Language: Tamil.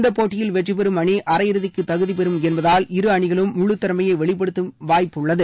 இந்த போட்டியில் வெற்றிபெறும் அணி அரையிறுதிக்கு தகுதிபெறும் என்பதால் இரு அணிகளும் முழு திறமையை வெளிப்படுத்தும் வாய்ப்புள்ளது